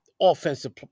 offensive